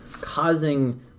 causing